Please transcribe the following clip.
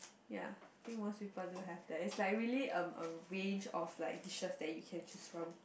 ya think most people do have that it's like really um a range of like dishes that you can choose from